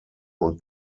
und